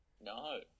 No